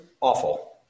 awful